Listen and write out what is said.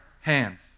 hands